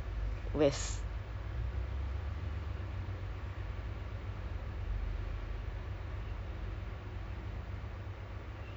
ya I stay at jurong it's just the ulu part of singapore basically nobody goes there and there's no place to eat twenty four seven